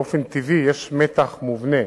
באופן טבעי יש מתח מובנה